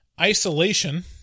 isolation